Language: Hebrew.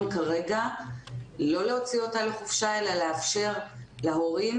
כרגע לא להוציא אותם לחופשה אלא לאפשר להורים